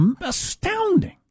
astounding